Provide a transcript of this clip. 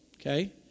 okay